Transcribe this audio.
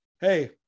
Hey